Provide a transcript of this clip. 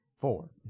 Four